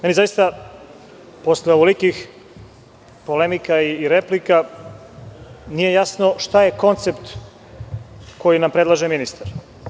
Meni zaista posle ovolikih polemika i replika nije jasno šta je koncept koji nam predlaže ministar.